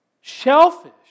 Shellfish